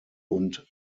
und